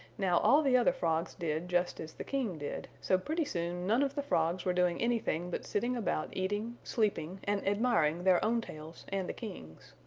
now all the other frogs did just as the king did, so pretty soon none of the frogs were doing anything but sitting about eating, sleeping and admiring their own tails and the king's.